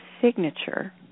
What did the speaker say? signature